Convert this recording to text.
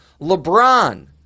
LeBron